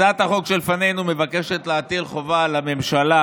הצעת החוק שלפנינו מבקשת להטיל חובה על הממשלה